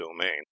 domain